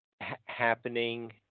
happening